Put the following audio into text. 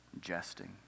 jesting